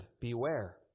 Beware